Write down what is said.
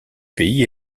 pays